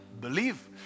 believe